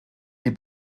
die